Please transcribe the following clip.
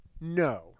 No